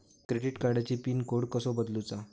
Credit कार्डची pin code कसो बदलुचा?